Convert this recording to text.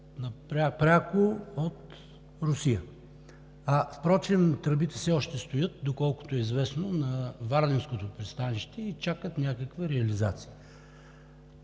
пряко от Русия. Впрочем тръбите все още стоят, доколкото е известно, на Варненското пристанище и чакат някаква реализация.